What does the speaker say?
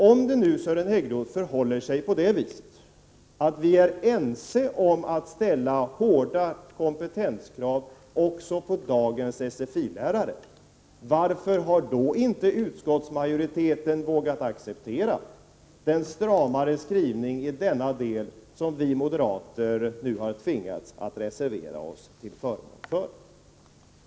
Om det nu, Sören Häggroth, förhåller sig på det viset att vi är ense om att ställa hårda kompetenskrav också på dagens SFI-lärare, kan man fråga sig varför utskottsmajoriteten inte har vågat acceptera den stramare skrivning i denna del som vi moderater nu har tvingats att reservera oss till förmån för.